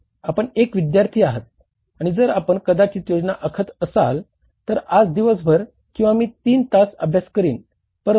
आपण एक विद्यार्थी आहात आणि जर आपण कदाचित योजना आखत असाल तर आज दिवसभर किंवा मी 3 तास अभ्यास करीन